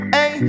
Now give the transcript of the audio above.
Hey